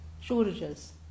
shortages